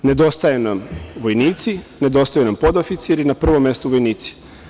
Nedostaju nam vojnici, nedostaju nam podoficiri, na prvom mestu vojnici.